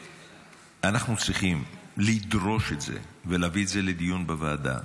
--- אנחנו צריכים לדרוש את זה ולהביא את זה לדיון בוועדה.